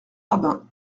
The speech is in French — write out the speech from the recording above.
rabin